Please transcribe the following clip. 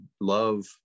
love